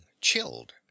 chilled